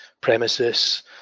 premises